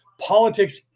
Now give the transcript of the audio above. Politics